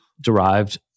derived